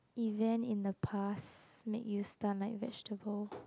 event in the past make you stun like vegetable